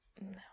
no